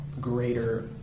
greater